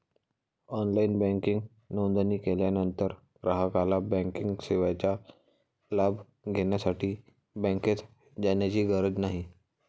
online banking नोंदणी केल्यानंतर ग्राहकाला बँकिंग सेवेचा लाभ घेण्यासाठी बँकेत जाण्याची गरज नाही